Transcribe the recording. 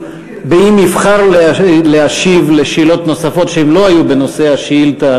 אם יבחר להשיב על שאלות נוספות שלא היו בנושא השאילתה,